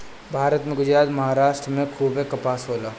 भारत में गुजरात, महाराष्ट्र में खूबे कपास होला